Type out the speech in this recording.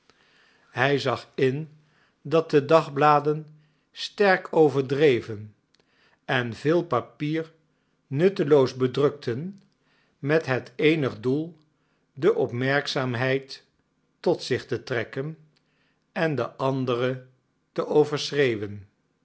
hij zag in dat de dagbladen sterk overdreven en veel papier nutteloos bedrukten met het eenig doel de opmerkzaamheid tot zich te trekken en de andere te overschreeuwen